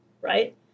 right